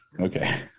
Okay